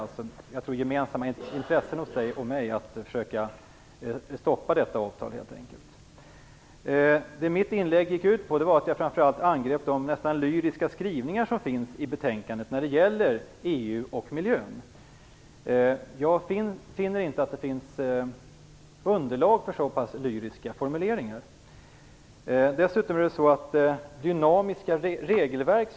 Jag tycker att det är ett gemensamt intresse hos Lennart Daléus och mig att helt enkelt försöka stoppa detta avtal. Mitt inlägg gick ut på att angripa de nästan lyriska skrivningar som finns i betänkandet när det gäller EU och miljön. Jag finner inte något underlag för så pass lyriska formuleringar. Lennart Daléus pratar om dynamiska regelverk.